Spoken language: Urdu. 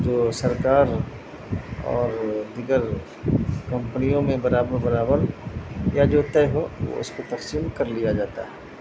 جو سرکار اور دیگر کمپنیوں میں برابر برابر یا جو طے ہو اس کو تقسیم کر لیا جاتا ہے